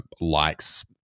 likes